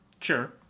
sure